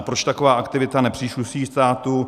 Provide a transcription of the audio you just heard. Proč taková aktivita nepřísluší státu?